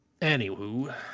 Anywho